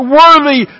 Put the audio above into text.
worthy